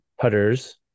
putters